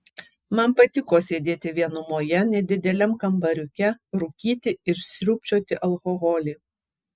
man patiko sėdėti vienumoje nedideliam kambariuke rūkyti ir sriubčioti alkoholį